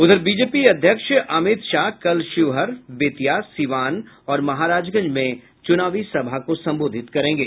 उधर बीजेपी अध्यक्ष अमित शाह कल शिवहर बेतिया सीवान और महाराजगंज में चुनावी सभा को संबोधित करेंगे